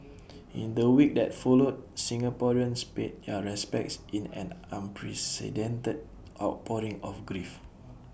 in the week that followed Singaporeans paid their respects in an unprecedented outpouring of grief